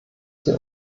sie